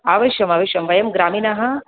अवश्यमावश्यं वयं ग्रामिणः